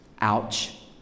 ouch